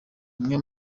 umwe